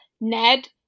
Ned